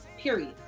Period